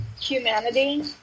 humanity